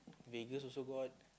Vegas also got